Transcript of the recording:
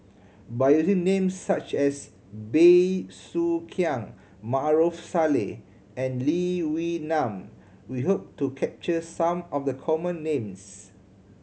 by using names such as Bey Soo Khiang Maarof Salleh and Lee Wee Nam we hope to capture some of the common names